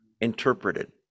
interpreted